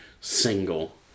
single